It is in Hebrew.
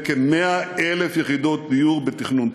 עם כ-100,000 יחידות דיור בתכנון.